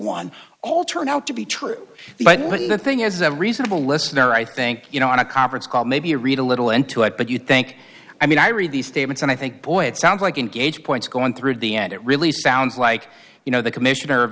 one all turn out to be true but the thing as a reasonable listener i think you know on a conference call maybe you read a little into it but you think i mean i read these statements and i think boy it sounds like engaged points going through at the end it really sounds like you know the commissioner of